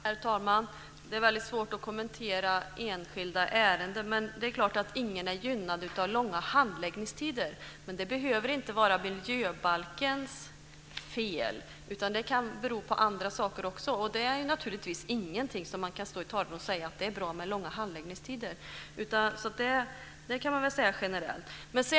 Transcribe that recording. Herr talman! Det är väldigt svårt att kommentera enskilda ärenden, men det är klart att ingen är gynnad av långa handläggningstider. Men det behöver inte vara miljöbalkens fel. Det kan bero på andra saker också. Det är naturligtvis ingen som kan stå i talarstolen och säga att det är bra med långa handläggningstider. Det kan man väl säga generellt.